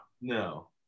no